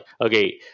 okay